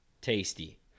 Tasty